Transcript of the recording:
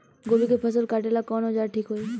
गोभी के फसल काटेला कवन औजार ठीक होई?